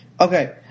Okay